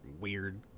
weird